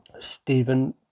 Stephen